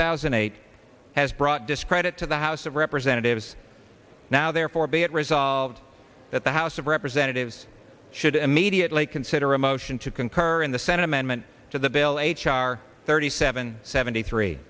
thousand and eight has brought discredit to the house of representatives now therefore be it resolved that the house of representatives should immediately consider a motion to concur in the senate amendment to the bill h r thirty seven seventy three